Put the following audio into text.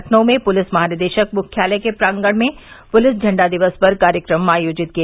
लखनऊ में पुलिस महानिदेशक मुख्यालय के प्रांगण में पुलिस झंडा दिवस पर कार्यक्रम आयोजित किए